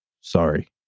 Sorry